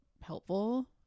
helpful